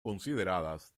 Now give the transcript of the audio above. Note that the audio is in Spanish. consideradas